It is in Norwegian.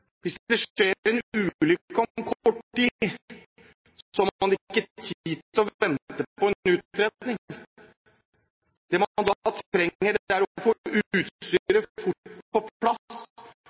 Hvis det skjer en ulykke om kort tid, har man ikke tid til å vente på en utredning. Det man da trenger, er å få utstyret fort på plass,